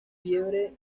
fiebre